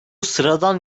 sıradan